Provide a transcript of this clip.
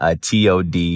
TOD